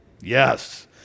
Yes